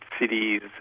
cities